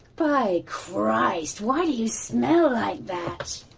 by christ, why do you smell like that?